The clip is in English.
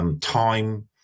time